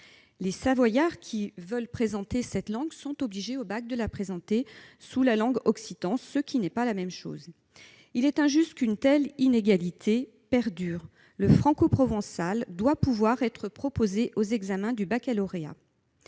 Les Savoyards qui veulent présenter cette langue au baccalauréat sont obligés de passer une épreuve de langue occitane, ce qui n'est pas la même chose. Il est injuste qu'une telle inégalité perdure. Le francoprovençal doit pouvoir être proposé aux examens du baccalauréat.